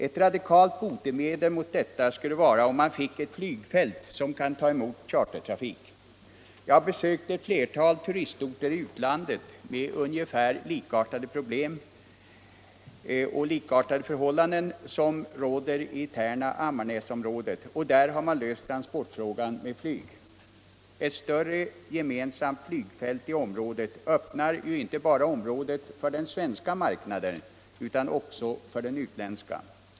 Ett radikalt botemedel mot detta skulle vara ett flygfält som kan ta emot chartertrafik. Jag har besökt ett flertal turistorter i utlandet med ungefär likartade förhållanden som de som råder i Tärna-Ammarnäsområdet, och i dessa orter har man löst transportfrågan med flyg. Ett större gemensamt flygfält i det här området öppnar detta inte bara för den svenska marknaden utan också för den utländska.